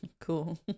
Cool